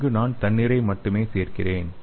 அங்கு நான் தண்ணீரை மட்டுமே சேர்க்கிறேன்